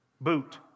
Boot